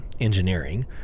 engineering